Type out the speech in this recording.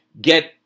get